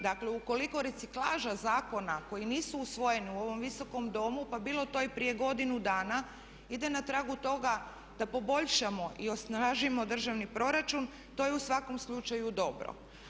Dakle ukoliko reciklaža zakona koji nisu usvojeni u ovom visokom domu pa bilo to i prije godinu dana ide na tragu toga da poboljšamo i osnažimo državni proračun to je u svakom slučaju dobro.